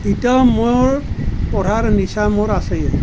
এতিয়াও মোৰ পঢ়াৰ নিচা মোৰ আছেই